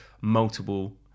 multiple